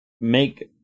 make